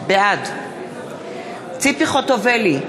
בעד ציפי חוטובלי,